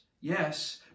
yes